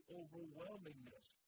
overwhelmingness